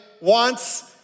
wants